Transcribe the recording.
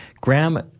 Graham